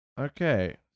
Okay